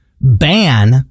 ban